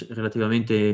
relativamente